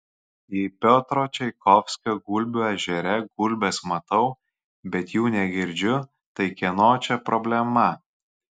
jei piotro čaikovskio gulbių ežere gulbes matau bet jų negirdžiu tai kieno čia problema